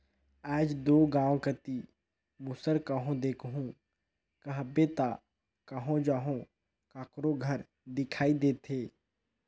आएज दो गाँव कती मूसर कहो देखहू कहबे ता कहो जहो काकरो घर दिखई देथे